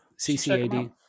CCAD